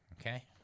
Okay